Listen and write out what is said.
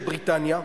נדמה לי,